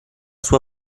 sua